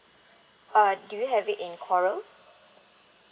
uh do you have it in coral